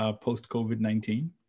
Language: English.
post-COVID-19